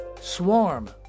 Swarm